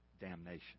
damnation